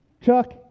Chuck